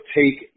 take